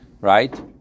right